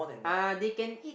uh they can eat